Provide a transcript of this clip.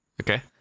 Okay